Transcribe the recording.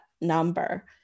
number